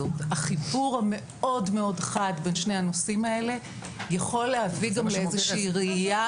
החיבור המאוד חד בין שני הנושאים האלה יכול להביא גם לאיזה שהיא ראייה,